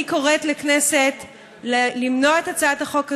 אני קוראת לכנסת למנוע את הצעת החוק הזאת.